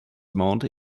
monde